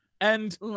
And-